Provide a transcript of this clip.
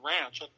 ranch